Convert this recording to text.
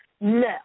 No